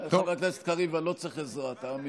בזבזת את